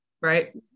Right